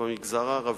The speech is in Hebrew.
במגזר הערבי,